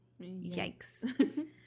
yikes